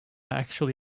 actually